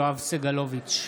יואב סגלוביץ'